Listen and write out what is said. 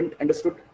understood